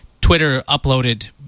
Twitter-uploaded